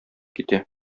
китә